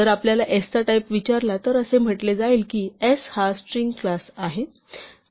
जर आपल्याला s चा टाईप विचारला तर असे म्हटले जाईल की s हा str चा क्लास आहे